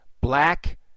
Black